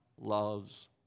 loves